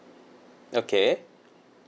okay